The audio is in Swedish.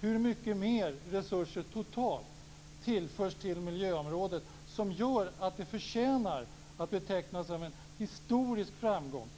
Hur mycket mer resurser tillförs totalt till miljöområdet som gör att det här förtjänar att betecknas som en historisk framgång?